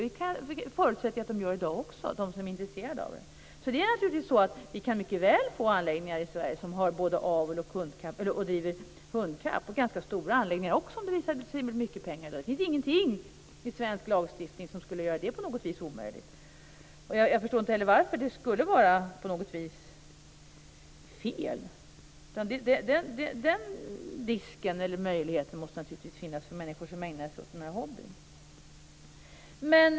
Det förutsätter jag att de gör också i dag, de som är intresserade av det. Så vi kan mycket väl få anläggningar i Sverige som både har avel och bedriver hundkapplöpning - ganska stora anläggningar också om det visar sig bli mycket pengar i det. Det finns ingenting i svensk lagstiftning som skulle göra detta omöjligt på något vis. Jag förstår inte heller vad som skulle vara fel i det. Den möjligheten måste naturligtvis finnas för människor som ägnar sig åt denna hobby.